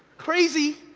crazy.